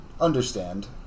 understand